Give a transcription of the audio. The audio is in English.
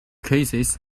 cases